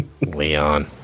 Leon